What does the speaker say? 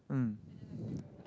mm